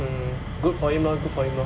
mm good for him lor good for him lor